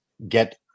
Get